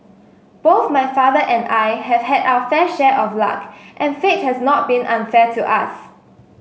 both my father and I have had our fair share of luck and fate has not been unfair to us